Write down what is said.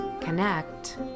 connect